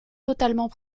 totalement